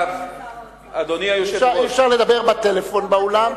אי-אפשר לדבר בטלפון באולם,